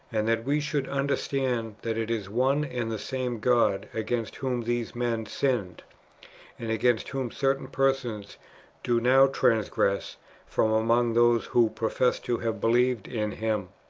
and that we should understand that it is one and the same god against whom these men sinned, and against whom certain persons do now transgress from among those who profess to have believed in him.